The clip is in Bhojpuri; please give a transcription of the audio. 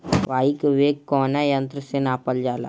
वायु क वेग कवने यंत्र से नापल जाला?